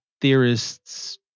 theorists